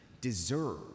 deserve